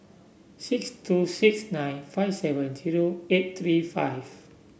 six two six nine five seven zero eight three five